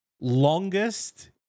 longest